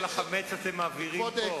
כל החמץ אתם מבעירים פה.